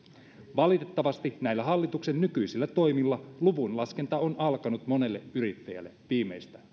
valitettavasti näillä hallituksen nykyisillä toimilla luvunlaskenta on alkanut monelle yrittäjälle viimeistä